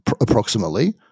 approximately